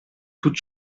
toute